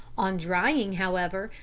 on drying, however,